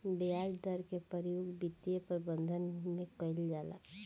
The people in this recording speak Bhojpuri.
ब्याज दर के प्रयोग वित्तीय प्रबंधन में कईल जाला